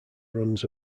runs